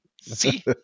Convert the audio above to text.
See